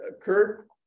Kurt